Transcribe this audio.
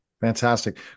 Fantastic